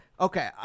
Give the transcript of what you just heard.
Okay